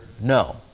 No